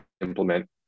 implement